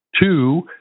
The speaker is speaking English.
Two